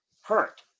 hurt